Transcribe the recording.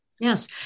Yes